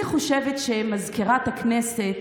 אני חושבת שמזכירת הכנסת,